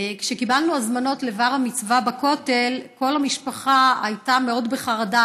כשקיבלנו הזמנות לבר-המצווה בכותל כל המשפחה הייתה מאוד בחרדה,